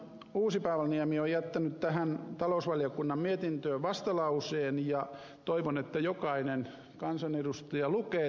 uusipaavalniemi on jättänyt tähän talousvaliokunnan mietintöön vastalauseen ja toivon että jokainen kansanedustaja lukee tämän vastalauseen